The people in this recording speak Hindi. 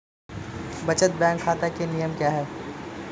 बचत बैंक खाता के नियम क्या हैं?